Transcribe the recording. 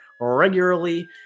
regularly